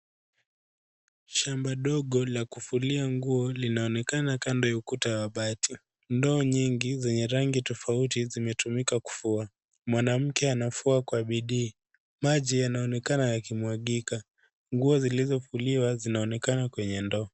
Shamba dogo la kufulia nguo linaonekana kando ya ukuta wa mabati, ndoo nyingi zenye rangi tofauti zimetumika kufua, mwanamke anafua kwa bidii, maji yanaonekana yakimwagika, nguo zilizofuliwa zinaonekana kwenye ndoo.